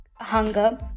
hunger